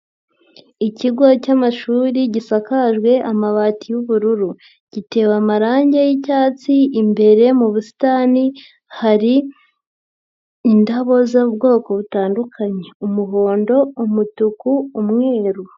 Ikigo cy'amashuri gisakajwe amabati y'ubururu gitewe amarange y'icyatsi, imbere mu busitani hari indabo z'ubwoko butandukanye, umuhondo, umutuku, umweru.